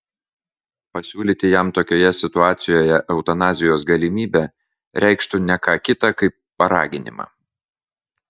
pasiūlyti jam tokioje situacijoje eutanazijos galimybę reikštų ne ką kita kaip paraginimą